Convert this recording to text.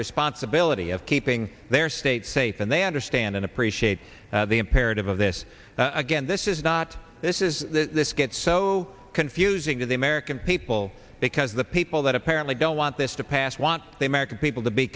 responsibility of keeping their state safe and they understand and appreciate the imperative of this again this is not this is this gets so confusing to the american people because the people that apparently don't want this to pass want the american people to be